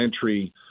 entry